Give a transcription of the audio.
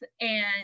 And-